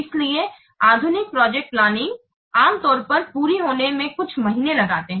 इसलिए आधुनिक project planning आम तौर पर पूरी होने में कुछ महीने लगते हैं